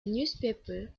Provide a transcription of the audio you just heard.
newspaper